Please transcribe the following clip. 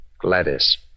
Gladys